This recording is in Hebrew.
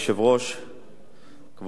הודעתו של יושב-ראש ועדת